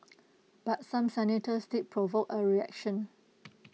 but some senators did provoke A reaction